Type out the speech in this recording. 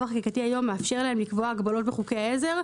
החוקי היום מאפשר להן לקבוע הגבלות בחוקי עזר,